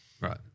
Right